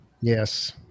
Yes